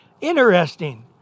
interesting